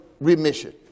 remission